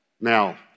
Now